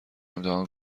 امتحان